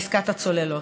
בעסקת הצוללות.